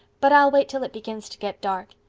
but i'll wait till it begins to get dark.